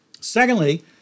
Secondly